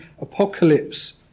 apocalypse